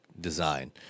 design